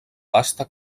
pasta